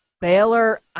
baylor